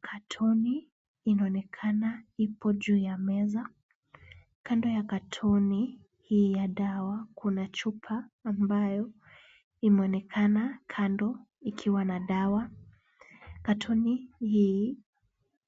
Katoni inaonekana ipo juu ya meza. Kando ya katoni hii ya dawa kuna chupa ambayo imeonekana kando ikiwa na dawa. Katoni hii